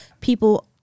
People